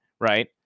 right